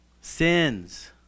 sins